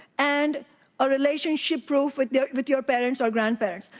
and a relationship proof with with your parents or grandparents.